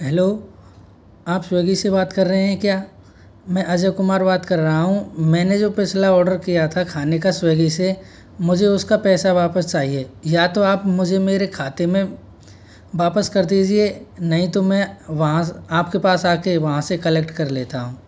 hello आप Swiggy से बात कर रहे हैं क्या मैं अजय कुमार बात कर रहा हूँ मैंने जो पिछला ऑर्डर किया था खाने का स्विग्गी से मुझे उसका पैसा वापस चाहिए या तो आप मुझे मेरे खाते में वापस कर दीजिए नहीं तो मैं वहाँ आप के पास आ कर वहाँ से कलेक्ट कर लेता हूँ